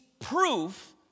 proof